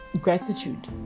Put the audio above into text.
gratitude